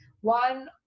one